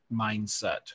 mindset